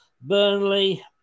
Burnley